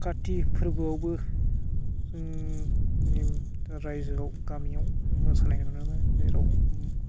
कार्तिक फोरबोआवबो रायजोआव गामियाव मोसानाय नुनो मोनो जेराव